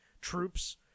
troops